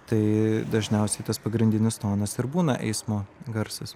tai dažniausiai tas pagrindinis tonas ir būna eismo garsas